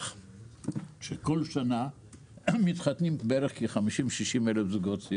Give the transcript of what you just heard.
בכל שנה מתחתנים בין 50,000 ל-60,000 זוגות.